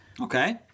Okay